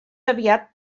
aviat